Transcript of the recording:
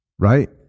right